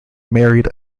married